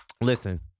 Listen